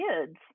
kids